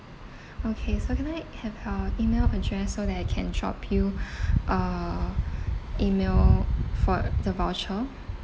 okay so can I have your email address so that I can drop you a email for the voucher